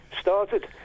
started